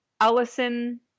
allison